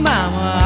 Mama